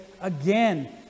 again